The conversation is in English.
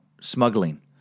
smuggling